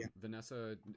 vanessa